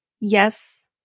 yes